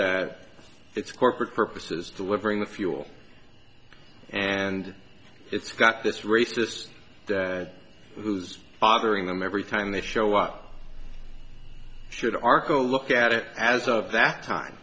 its its corporate purposes delivering the fuel and it's got this racist who's bothering them every time they show up should arco look at it as of that time